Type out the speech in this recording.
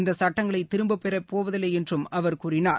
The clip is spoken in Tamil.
இந்த சுட்டங்களை திரும்பப் பெறப் போவதில்லை என்றும் அவர் கூறினார்